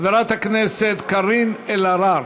חברת הכנסת קארין אלהרר